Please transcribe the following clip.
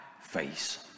face